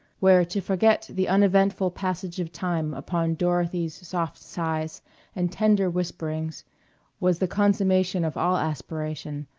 where to forget the uneventful passage of time upon dorothy's soft sighs and tender whisperings was the consummation of all aspiration,